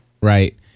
Right